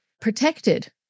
protected